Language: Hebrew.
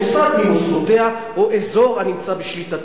מוסד ממוסדותיה או אזור הנמצא בשליטתה,